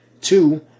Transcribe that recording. two